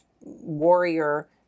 warrior